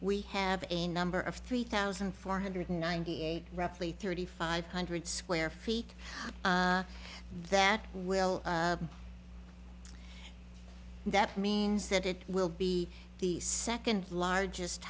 we have a number of three thousand four hundred ninety eight roughly thirty five hundred square feet that will that means that it will be the second largest